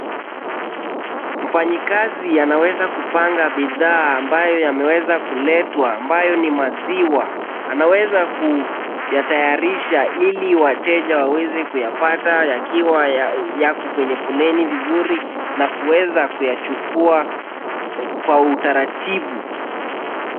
Mfanyikazi yanaweza kupanga bidhaa ambayo yameweza kuletwa ambao ni maziwa, anaweza kunyatayarisha ili wateja waweze kuyapata yakiwa yako kwenye poleni vizuri na kuweza kuyachukua kwa utaratibu.